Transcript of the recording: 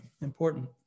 important